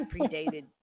predated